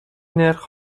نرخ